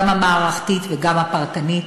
גם המערכתית וגם הפרטנית,